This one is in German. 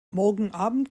morgenabend